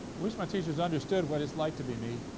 wish my teachers understood what it's like to be me,